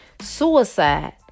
suicide